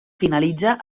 finalitza